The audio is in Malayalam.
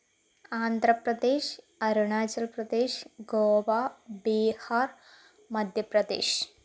ആന്ധ്രപ്രദേശ് അരുണാചൽ പ്രദേശ് ഗോവ ബീഹാർ മദ്ധ്യപ്രദേശ്